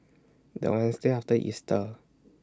The Wednesday after Easter